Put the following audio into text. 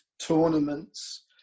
tournaments